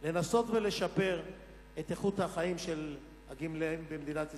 לנסות ולשפר את איכות החיים של הגמלאים במדינת ישראל?